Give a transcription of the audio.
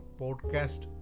podcast